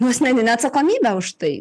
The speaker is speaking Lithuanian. asmeninę atsakomybę už tai